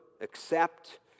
accept